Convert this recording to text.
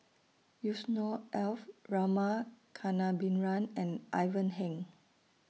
Yusnor Ef Rama Kannabiran and Ivan Heng